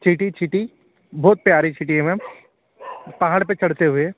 city city बहुत प्यारी city है मैम पहाड़ पर चढ़ते हुए